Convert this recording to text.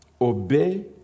obey